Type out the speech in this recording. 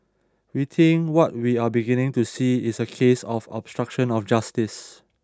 I think what we are beginning to see is a case of obstruction of justice